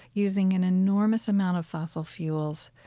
using an enormous amount of fossil fuels,